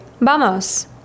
vamos